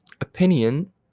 opinion